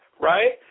right